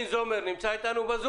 ממש בקצרה אציג את ההתייחסות שלנו.